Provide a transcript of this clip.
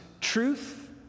truth